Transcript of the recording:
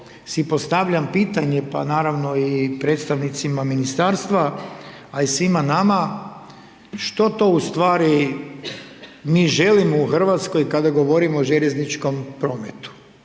si postavljam pitanje, pa naravno i predstavnicima ministarstva, a i svima nama, što to ustvari mi želimo u Hrvatskoj kada govorimo o željezničkom prometu?